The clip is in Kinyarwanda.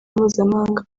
mpuzamahanga